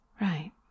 Right